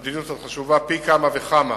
המדיניות הזאת חשובה פי כמה וכמה